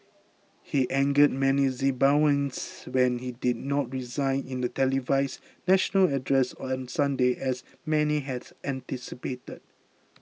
he angered many Zimbabweans when he did not resign in a televised national address on Sunday as many had anticipated